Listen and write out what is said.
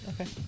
Okay